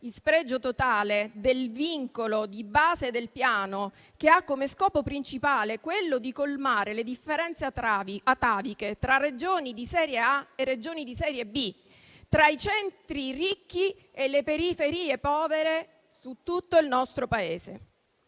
spregio totale del vincolo di base del Piano, che ha come scopo principale quello di colmare le differenze ataviche tra Regioni di serie A e Regioni di serie B, tra i centri ricchi e le periferie povere in tutto il nostro Paese.